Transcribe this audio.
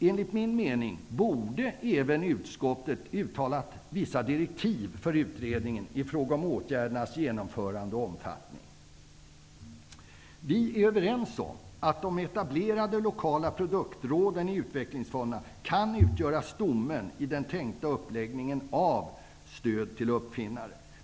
Enligt min mening borde även utskottet uttala vissa direktiv till utredningen i fråga om åtgärdernas genomförande och omfattning. Vi är överens om att de etablerade lokala produktråden i Utvecklingsfonden kan utgöra stommen i den tänkta uppläggningen av stödet till uppfinnaren.